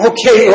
Okay